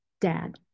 dad